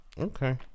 Okay